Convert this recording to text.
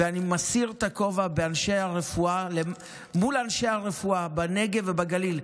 ואני מסיר את הכובע מול אנשי הרפואה בנגב ובגליל.